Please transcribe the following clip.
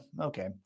Okay